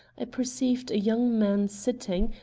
i perceived a young man sitting,